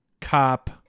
cop